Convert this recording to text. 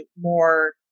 more